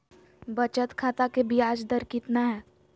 बचत खाता के बियाज दर कितना है?